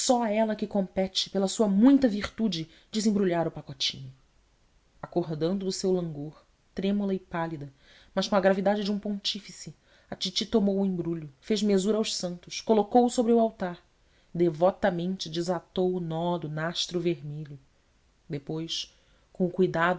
a ela que compete pela sua muita virtude desembrulhar o pacotinho acordando do seu langor trêmula e pálida mas com a gravidade de um pontífice a titi tomou o embrulho fez mesura aos santos colocou o sobre o altar devotamente desatou o nó do nastro vermelho depois com o cuidado